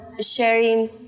sharing